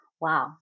Wow